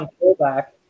fullback